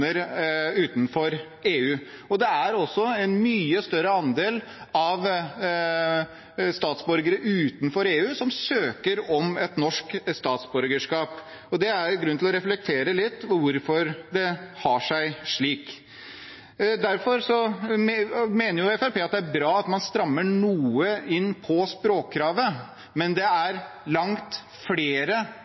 utenfor EU. Det er også en mye større andel av statsborgere utenfor EU som søker om et norsk statsborgerskap. Det er grunn til å reflektere litt over hvorfor det har seg slik. Derfor mener Fremskrittspartiet det er bra at man strammer noe inn på språkkravet, men det er langt flere